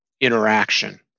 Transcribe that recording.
interaction